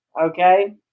okay